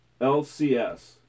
LCS